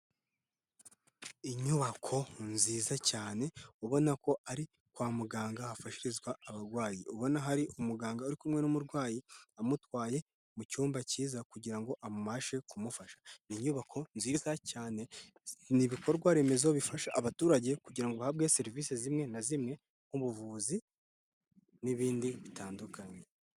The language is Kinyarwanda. Inyubako nziza cyane ubona ko ari kwa muganga hafashirizwa abarwayi ubona hari umuganga uri kumwe n'umurwayi amutwaye mu cyumba cyiza kugira ngo abashe kumufasha, ni inyubako nziza cyane ni ibikorwa remezo bifasha abaturage kugira ngo ba ahabwe serivisi zimwe na zimwe nk'ubuvuzi n'ibindi bitandukanye.